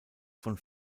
von